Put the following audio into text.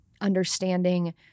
understanding